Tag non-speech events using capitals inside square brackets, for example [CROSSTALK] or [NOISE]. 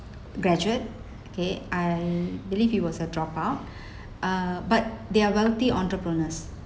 graduate okay I believe he was a drop out [BREATH] but they are wealthy entrepreneurs